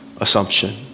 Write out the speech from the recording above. assumption